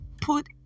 put